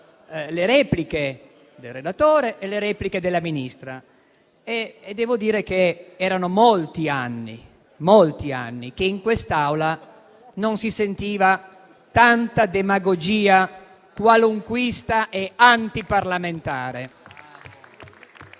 le repliche del relatore e della Ministra e devo dire che erano molti anni che in quest'Aula non si sentiva tanta demagogia qualunquista e antiparlamentare.